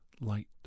light